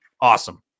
awesome